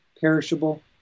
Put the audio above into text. perishable